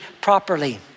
properly